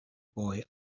boy